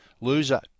loser